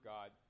God